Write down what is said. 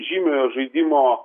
žymiojo žaidimo